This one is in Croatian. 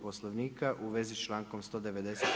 Poslovnika u vezi s člankom 190.